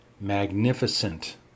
magnificent